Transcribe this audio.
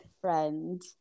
friend